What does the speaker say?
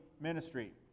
ministry